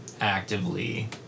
actively